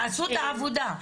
תעשו את העבודה.